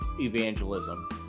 evangelism